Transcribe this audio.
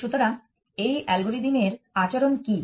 সুতরাং এই অ্যালগরিদম এর আচরণ কী